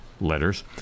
letters